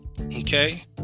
Okay